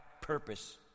purpose